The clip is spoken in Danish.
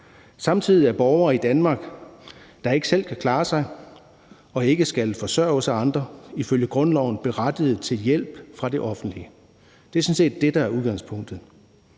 Samtidig er borgere i Danmark, der ikke selv kan klare sig, og som ikke skal forsørges af andre, ifølge grundloven berettiget til hjælp fra det offentlige. Det er sådan set det, der er udgangspunktet.